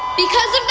because of